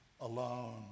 alone